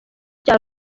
rya